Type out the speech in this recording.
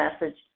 message